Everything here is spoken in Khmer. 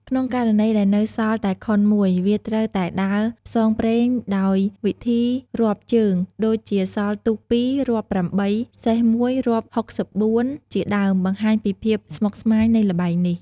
ក្នុងករណីដែលនៅសល់តែខុនមួយ វាត្រូវតែដើរផ្សងព្រេងដោយវិធីរាប់ជើង ដូចជាសល់ទូក២រាប់៨ សេះ១រាប់៦៤ ជាដើម បង្ហាញពីភាពស្មុគស្មាញនៃល្បែងនេះ។